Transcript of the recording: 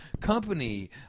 company